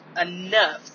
Enough